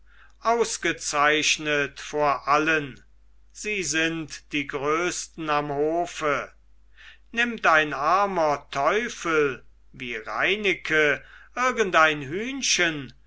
ausgezeichnet vor allen sie sind die größten am hofe nimmt ein armer teufel wie reineke irgendein hühnchen